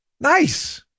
Nice